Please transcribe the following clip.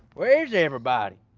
where is everybody?